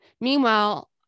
Meanwhile